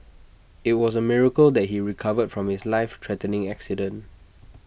IT was A miracle that he recovered from his life threatening accident